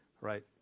Right